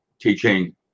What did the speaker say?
teaching